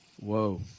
whoa